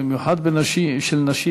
במיוחד של נשים,